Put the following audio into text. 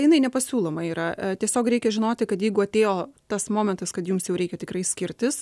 jinai nepasiūloma yra tiesiog reikia žinoti kad jeigu atėjo tas momentas kad jums jau reikia tikrai skirtis